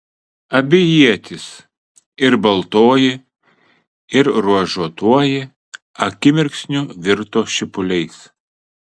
abi ietys ir baltoji ir ruožuotoji akimirksniu virto šipuliais